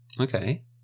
Okay